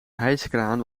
hijskraan